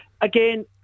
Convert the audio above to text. again